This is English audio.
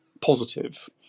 positive